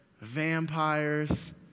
vampires